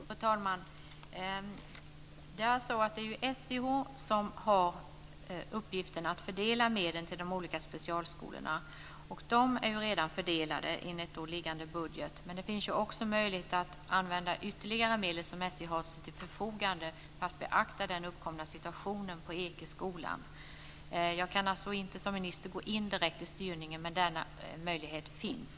Fru talman! Det är så att det är SIH som har uppgiften att fördela medlen till de olika specialskolorna. De är redan fördelade enligt liggande budget. Men det finns också möjlighet att använda medel som SIH har till sitt förfogande för att beakta den uppkomna situationen på Ekeskolan. Jag kan alltså inte som minister gå in direkt i styrningen, men denna möjlighet finns.